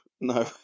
no